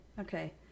Okay